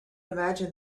imagine